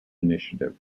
initiative